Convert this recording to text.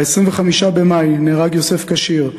ב-25 במאי נהרג יוסף כשיר,